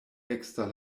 ekster